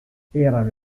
erano